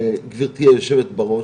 גברתי היושבת בראש,